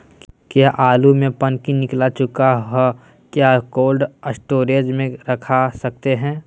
क्या आलु में पनकी निकला चुका हा क्या कोल्ड स्टोरेज में रख सकते हैं?